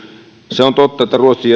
se on totta että